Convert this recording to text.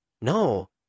no